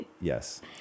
yes